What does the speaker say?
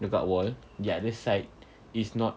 dekat wall the other side is not